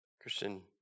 Christian